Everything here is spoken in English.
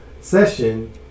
session